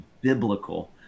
biblical